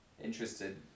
interested